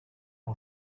mon